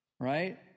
Right